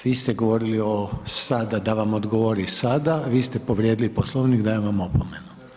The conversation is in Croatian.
Vi ste govorili o, sada, da vam odgovori sada, vi ste povrijedili Poslovnik, dajem vam opomenu.